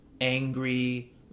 angry